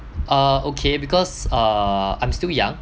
uh okay because uh I'm still young